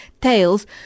Tails